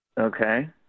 Okay